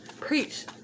Preach